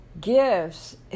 gifts